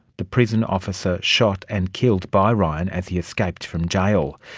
the prison officer shot and killed by ryan as he escaped from jail.